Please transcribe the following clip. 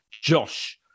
Josh